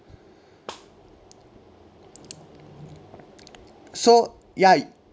so ya i~